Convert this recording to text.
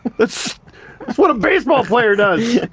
that's that's what a baseball player does!